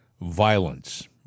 violence